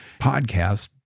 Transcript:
podcast